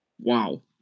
Wow